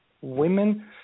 women